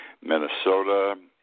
Minnesota